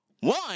One